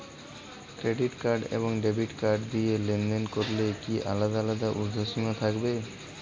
Credit card এবং debit card দিয়ে লেনদেন করলে কি আলাদা আলাদা ঊর্ধ্বসীমা থাকবে?